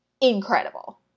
incredible